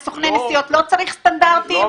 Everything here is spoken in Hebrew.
ולסוכני נסיעות לא צריך סטנדרטים?